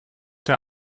der